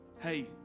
Hey